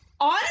On